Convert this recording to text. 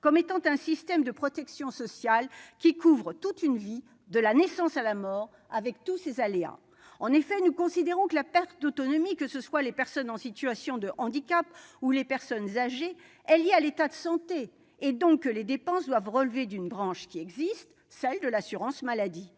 c'est un système de protection sociale qui couvre toute une vie, de la naissance à la mort, avec tous ses aléas. De notre côté, nous considérons que la perte d'autonomie, que ce soient les personnes en situation de handicap ou les personnes âgées, est liée à l'état de santé et, donc, que les dépenses doivent relever d'une branche existante, celle de l'assurance maladie.